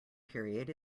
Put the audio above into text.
period